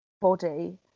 body